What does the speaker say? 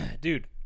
Dude